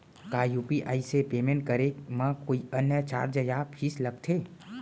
का यू.पी.आई से पेमेंट करे म कोई अन्य चार्ज या फीस लागथे?